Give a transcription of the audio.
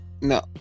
No